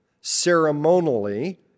ceremonially